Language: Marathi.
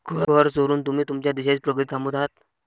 कर चोरून तुम्ही तुमच्या देशाची प्रगती थांबवत आहात